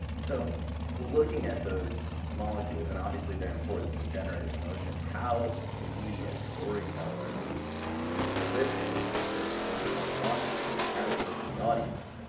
so looking at those molecules and obviously their importance in generating emotions. how can we as storytellers elicit those emotional responses in those chemicals in the audience?